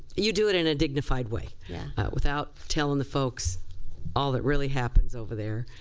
you do it in a dignified way without telling the folks all that really happens over there,